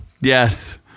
yes